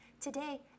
Today